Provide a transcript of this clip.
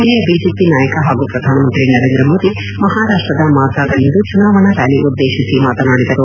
ಹಿರಿಯ ಬಿಜೆಪಿ ನಾಯಕ ಹಾಗೂ ಪ್ರಧಾನಮಂತ್ರಿ ನರೇಂದ್ರ ಮೋದಿ ಮಹಾರಾಷ್ಟದ ಮಾಧಾದಲ್ಲಿಂದು ಚುನಾವಣಾ ರ್ಹಾಲಿ ಉದ್ದೇಶಿಸಿ ಮಾತನಾಡಿದರು